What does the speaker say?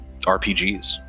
rpgs